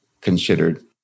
considered